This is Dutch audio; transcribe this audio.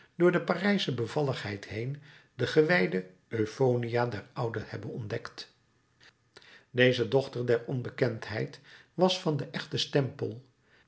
door de parijsche bevalligheid heen de gewijde euphonia der ouden hebben ontdekt deze dochter der onbekendheid was van den echten stempel